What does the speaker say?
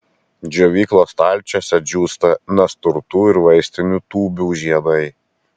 džiovyklos stalčiuose džiūsta nasturtų ir vaistinių tūbių žiedai